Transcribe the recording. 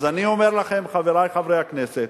אז אני אומר לכם, חברי חברי הכנסת,